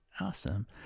awesome